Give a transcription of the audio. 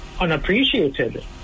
unappreciated